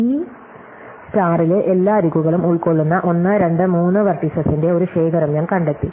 ഈ സ്ടാറിലെ എല്ലാ അരികുകളും ഉൾക്കൊള്ളുന്ന 1 2 3 വെർടീസസിന്റെ ഒരു ശേഖരം ഞാൻ കണ്ടെത്തി